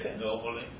normally